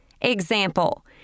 Example